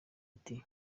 ati